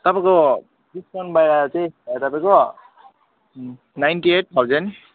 तपाईँको डिस्काउन्ट भएर चाहिँ तपाईँको नाइन्टी एट थाउजन्ड